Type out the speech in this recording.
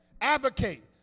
Advocate